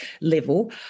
level